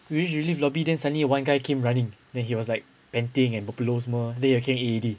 we reached the lift lobby then suddenly one guy came running then he was like panting and berpeluh semua then he come in already